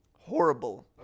horrible